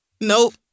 nope